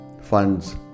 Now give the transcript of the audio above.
funds